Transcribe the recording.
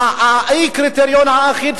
היעדר הקריטריון האחיד,